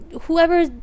whoever